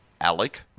Alec